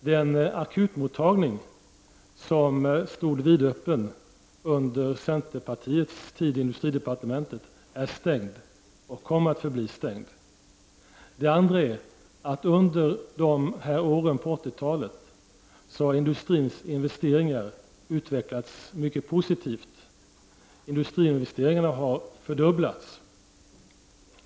Den akutmottagning som stod vidöppen under centerpartiets tid i industridepartementet är stängd och kommer att förbli stängd. Det andra är att under de här åren på 80-talet har industrins investeringar utvecklats mycket positivt. Industriin vesteringarna har fördubblats.